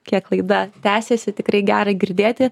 kiek laida tęsėsi tikrai gera girdėti